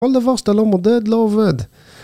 כל דבר שאתה לא מודד, לא עובד.